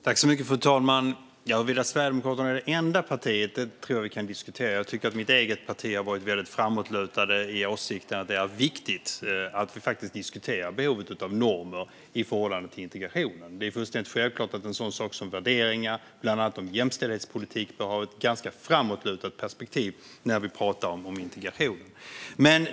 Fru talman! Att Sverigedemokraterna är det enda partiet kan vi diskutera. Jag tycker att mitt eget parti har varit väldigt framåtlutade i åsikten att det är viktigt att vi faktiskt diskuterar behovet av normer i förhållande till integrationen. Det är fullständigt självklart att det i en sådan sak som värderingar, bland annat om jämställdhetspolitik, behövs ett framåtlutat perspektiv när det handlar om integration.